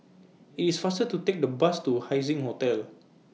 IT IS faster to Take The Bus to Haising Hotel